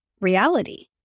reality